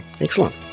Excellent